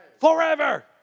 Forever